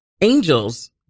angels